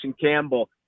Campbell